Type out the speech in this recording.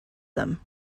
them